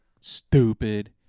Stupid